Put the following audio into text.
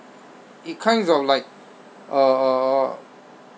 it kinds of like uh uh uh